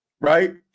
right